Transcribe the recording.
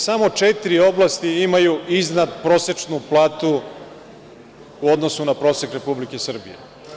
Samo četiri oblasti imaju iznadprosečnu platu u odnosu na prosek Republike Srbije.